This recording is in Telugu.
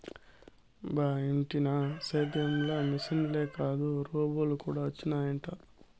బా ఇంటినా సేద్యం ల మిశనులే కాదు రోబోలు కూడా వచ్చినయట